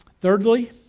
Thirdly